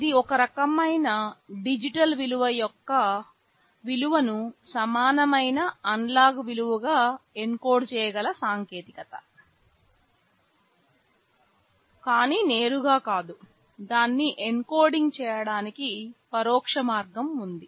ఇది ఒక రకమైన డిజిటల్ విలువ యొక్క విలువను సమానమైన అనలాగ్ విలువగా ఎన్కోడ్ చేయగల సాంకేతికత కానీ నేరుగా కాదు దాన్ని ఎన్కోడింగ్ చేయడానికి పరోక్ష మార్గం ఉంది